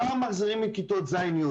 מחר מחזירים את כיתות ז'-י',